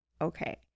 Okay